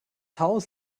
haus